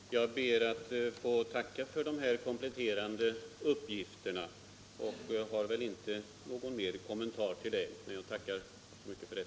Herr talman! Jag ber att få tacka statsrådet Mogård för de här kompletterande uppgifterna. Jag har ingen kommentar till dem, men jag är mycket tacksam för dem.